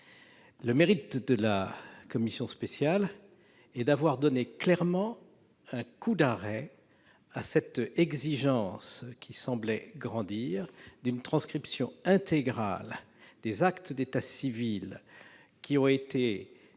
Le mérite de la commission spéciale est d'avoir clairement donné un coup d'arrêt à cette exigence qui semblait grandir d'une transcription intégrale des actes d'état civil rédigés